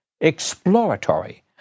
exploratory